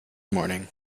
morning